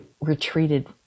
retreated